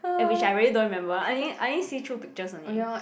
at which I really don't remember I only I only see through pictures only